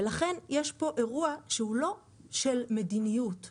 לכן, יש פה אירוע שהוא לא של מדיניות רוחבית,